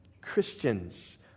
Christians